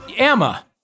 Emma